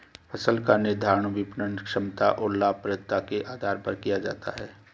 फसल का निर्धारण विपणन क्षमता और लाभप्रदता के आधार पर किया जाता है